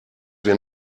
wir